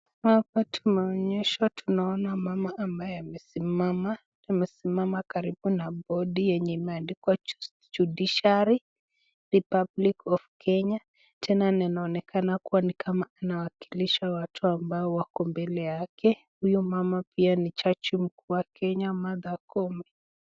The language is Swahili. Hapa tunaonyeshwa tunaona mama ambaye amesimama. Amesimama karibu na bodi yenye imeandikwa[cs ]Judiciary Republic of Kenya , tena na inaonekana kuwa ni kama inawakilisha watu ambao wako mbele yake. Huyo mama pia ni jaji mkuu wa Kenya Martha Koome.